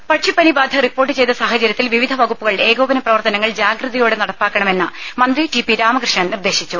ദേദ പക്ഷിപ്പനി ബാധ റിപ്പോർട്ട് ചെയ്ത സാഹചര്യത്തിൽ വിവിധ വകുപ്പുകൾ ഏകോപന പ്രവർത്തനങ്ങൾ ജാഗ്രതയോടെ നടപ്പാക്കണമെന്ന് മന്ത്രി ടി പി രാമകൃഷ്ണൻ നിർദ്ദേശിച്ചു